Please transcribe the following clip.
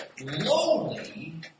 Lowly